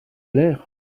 clair